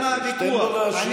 אני לא יודע על מה הוויכוח.